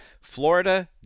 Florida